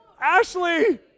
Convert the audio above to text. Ashley